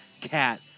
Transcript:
Cat